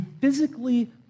physically